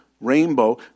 rainbow